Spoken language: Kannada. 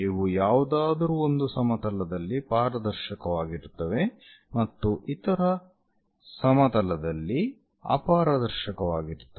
ಇವು ಯಾವುದಾದರೂ ಒಂದು ಸಮತಲದಲ್ಲಿ ಪಾರದರ್ಶಕವಾಗಿರುತ್ತವೆ ಮತ್ತು ಇತರ ಸಮತಲದಲ್ಲಿ ಅಪಾರದರ್ಶಕವಾಗಿರುತ್ತವೆ